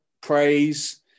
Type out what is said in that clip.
praise